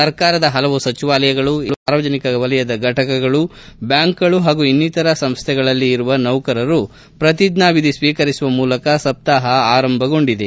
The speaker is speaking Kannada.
ಸರ್ಕಾರದ ಹಲವು ಸಚಿವಾಲಯಗಳು ಇಲಾಖೆಗಳು ಸಾರ್ವಜನಿಕ ವಲಯದ ಫಟಕಗಳು ಬ್ವಾಂಕುಗಳು ಹಾಗೂ ಇನ್ನಿತರ ಸಂಸ್ಟೆಗಳಲ್ಲಿ ಇರುವ ನೌಕರರು ಪ್ರತಿಜ್ವಾವಿಧಿ ಸ್ವೀಕರಿಸುವ ಮೂಲಕ ಸಪ್ತಾಹ ಆರಂಭಗೊಂಡಿದೆ